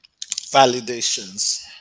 validations